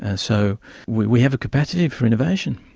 and so we we have a capacity for innovation.